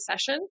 session